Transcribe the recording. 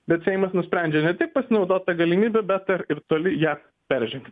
bet seimas nusprendžia ne tik pasinaudot ta galimybe bet dar ir toli ją peržengti